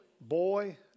boy